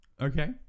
Okay